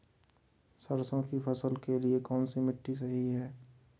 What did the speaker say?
सरसों की फसल के लिए कौनसी मिट्टी सही हैं?